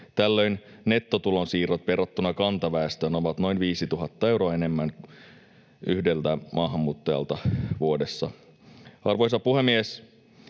Tällöin nettotulonsiirrot verrattuna kantaväestöön ovat noin 5 000 euroa enemmän yhdeltä maahanmuuttajalta vuodessa. Arvoisa puhemies!